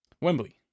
Wembley